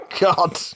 god